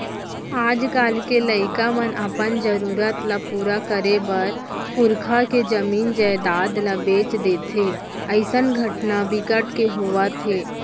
आजकाल के लइका मन अपन जरूरत ल पूरा करे बर पुरखा के जमीन जयजाद ल बेच देथे अइसन घटना बिकट के होवत हे